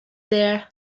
there